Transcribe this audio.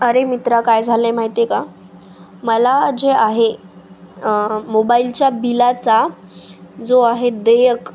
अरे मित्रा काय झालं आहे माहिती आहे का मला जे आहे मोबाईलच्या बिलाचा जो आहे देयक